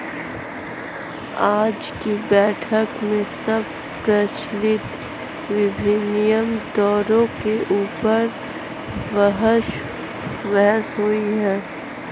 आज की बैठक में बस प्रचलित विनिमय दरों के ऊपर बहस हुई थी